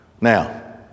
Now